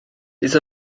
bydd